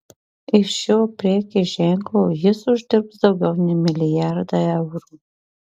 iš šio prekės ženklo jis uždirbs daugiau nei milijardą eurų